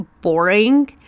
boring